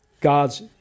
God's